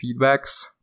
feedbacks